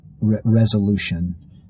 resolution